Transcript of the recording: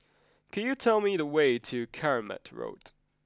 could you tell me the way to Keramat Road